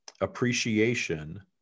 appreciation